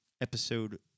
episode